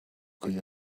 could